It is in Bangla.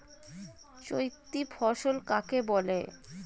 চৈতি ফসল কাকে বলে?